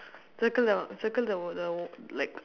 circle the circle the the like